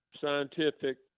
scientific